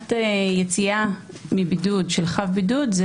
מבחינת יציאה מבידוד של חב בידוד זה